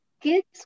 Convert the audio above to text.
kids